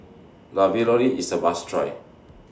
Ravioli IS A must Try